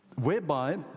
whereby